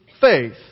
faith